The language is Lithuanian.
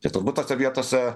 ir turbūt tose vietose